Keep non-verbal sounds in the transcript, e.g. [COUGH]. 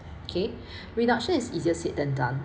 okay [BREATH] reduction is easier said than done